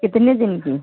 कितने दिन की